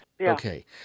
Okay